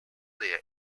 layer